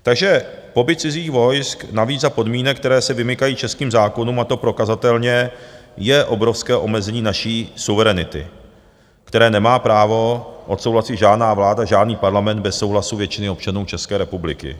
Takže pobyt cizích vojsk, navíc za podmínek, které se vymykají českým zákonům, a to prokazatelně, je obrovské omezení naší suverenity, které nemá právo odsouhlasit žádná vláda, žádný parlament bez souhlasu většiny občanů České republiky.